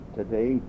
today